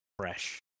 fresh